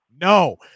no